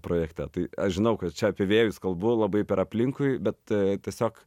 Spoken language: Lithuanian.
projekte tai aš žinau kad čia apie vėjus kalbu labai per aplinkui bet tiesiog